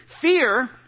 Fear